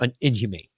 inhumane